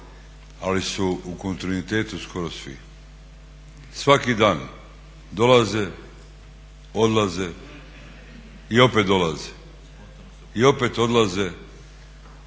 ali su u kontinuitetu skoro svi. Svaki dan dolaze, odlaze i opet dolaze. I opet odlaze